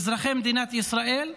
אזרחי מדינת ישראל,